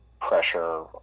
pressure